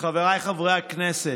חבריי חברי הכנסת,